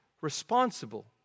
responsible